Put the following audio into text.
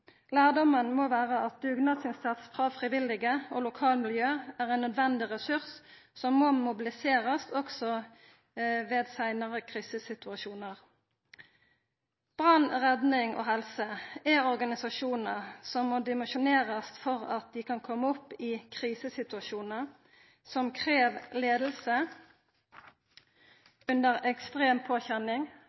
må vera at dugnadsinnsats frå frivillige og lokalmiljø er ein nødvendig ressurs som må mobiliserast også ved seinare krisesituasjonar. Brann, redning og helse er område som må dimensjonerast for at dei kan komme opp i krisesituasjonar som krev leiing under ekstrem påkjenning